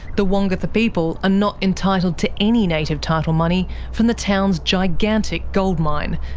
the wongatha people are not entitled to any native title money from the town's gigantic gold mine,